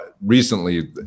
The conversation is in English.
recently